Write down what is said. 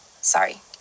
sorry